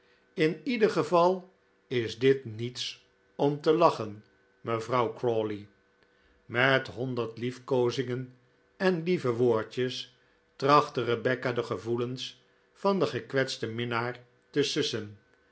in ieder geval is dit niets om te lachen mevrouw crawley met honderd liefkoozingen en lieve woordjes trachtte rebecca de gevoelens van den gekwetsten minnaar te sussen